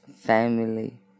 family